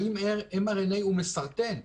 האם mRNA הוא מסרטן,